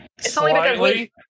Slightly